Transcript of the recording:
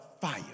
fire